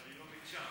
אבל היא לא ביקשה.